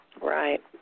Right